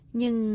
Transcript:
Nhưng